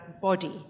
body